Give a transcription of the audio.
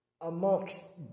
amongst